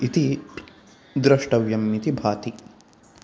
इति द्रष्टव्यम् इति भाति